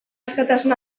askatasun